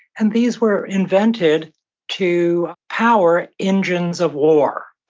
and these were invented to power engines of war.